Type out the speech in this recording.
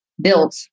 built